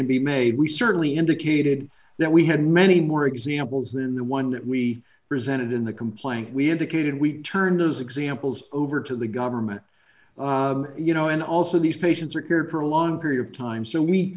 can be made we certainly indicated that we had many more examples than the one that we presented in the complaint we indicated we'd turn those examples over to the government you know and also these patients are cared for a long period of time so we